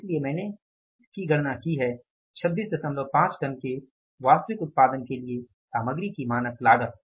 इसलिए मैंने किसकी गणना की है 265 टन के वास्तविक उत्पादन के लिए सामग्री की मानक लागत